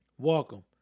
Welcome